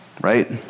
right